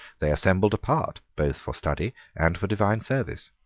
they assembled apart both for study and for divine service.